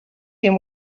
him